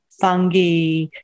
fungi